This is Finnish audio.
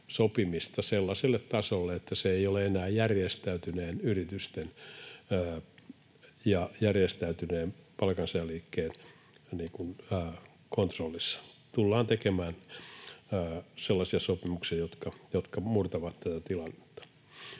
sopimista sellaiselle tasolle, että se ei ole enää järjestäytyneiden yritysten ja järjestäytyneen palkansaajaliikkeen kontrollissa. Tullaan tekemään sellaisia sopimuksia, jotka murtavat tätä tilannetta.